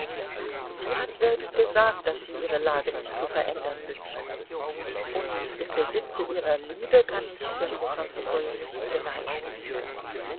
sie hat selbst gesagt daß sie ihre lage nicht zu verändern wünscht und im besitze ihrer liebe kann ich serpuchowskoi nicht beneiden